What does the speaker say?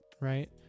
right